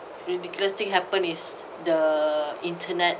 ridiculous thing happen is the internet